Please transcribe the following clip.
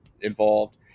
involved